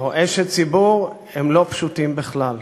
או אשת ציבור, הם לא פשוטים בכלל.